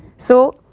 so,